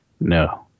No